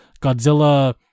Godzilla